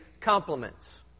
compliments